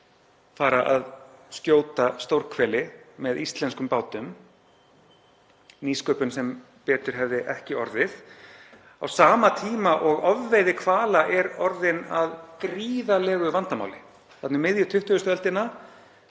fara að skjóta stórhveli með íslenskum bátum, nýsköpun sem betur hefði ekki orðið, á sama tíma og ofveiði hvala var orðin að gríðarlegu vandamáli þarna um miðja 20. öldina.